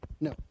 no